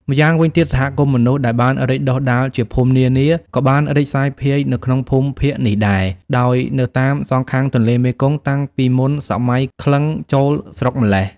ម្យ៉ាងវិញទៀត សហគមន៍មនុស្សដែលបានរីកដុះដាលជាភូមិនានា ក៏បានរីកសាយភាយនៅក្នុងភូមិភាគនេះដែរ ដោយនៅតាមសងខាងទន្លេមេគង្គ តាំងតែពីមុនសម័យក្លិង្គចូលស្រុកម្ល៉េះ។